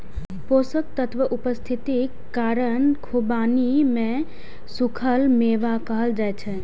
पोषक तत्वक उपस्थितिक कारण खुबानी कें सूखल मेवा कहल जाइ छै